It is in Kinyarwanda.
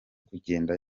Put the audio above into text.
kugenda